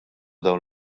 dawn